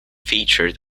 featured